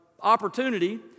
opportunity